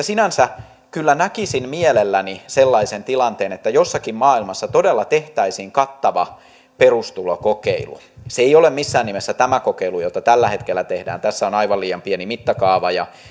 sinänsä kyllä näkisin mielelläni sellaisen tilanteen että jossakin maailmassa todella tehtäisiin kattava perustulokokeilu se ei ole missään nimessä tämä kokeilu jota tällä hetkellä tehdään tässä on aivan liian pieni mittakaava ja